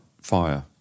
fire